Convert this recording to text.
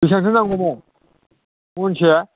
बिसांथो नांगौमोन महनसे